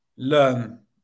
learn